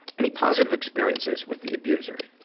any positive experiences with the abuser?